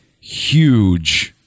huge